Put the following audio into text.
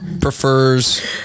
Prefers